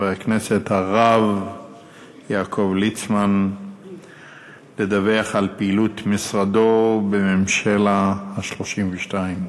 חבר הכנסת הרב יעקב ליצמן לדווח על פעילות משרדו בממשלה ה-32.